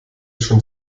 schon